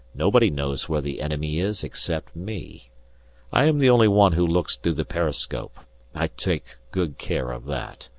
nobody knows where the enemy is except me i am the only one who looks through the periscope i take good care of that.